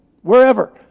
wherever